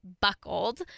buckled